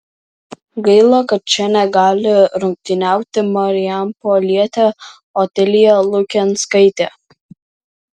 gaila kad čia negali rungtyniauti marijampolietė otilija lukenskaitė